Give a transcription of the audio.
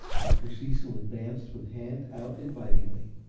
dr. cecil advanced with hand out invitingly.